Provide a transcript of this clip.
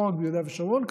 לא רק ביהודה ושומרון,